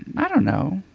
i don't know.